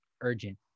urgent